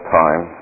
time